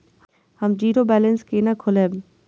हम zero balance केना खोलैब?